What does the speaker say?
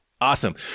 Awesome